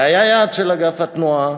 זה היה יעד של אגף התנועה,